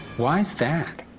why is that?